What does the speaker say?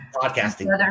broadcasting